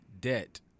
debt